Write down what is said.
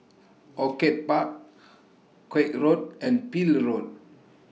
Orchid Park Koek Road and Peel Road